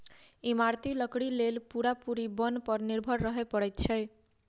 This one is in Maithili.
इमारती लकड़ीक लेल पूरा पूरी बन पर निर्भर रहय पड़ैत छै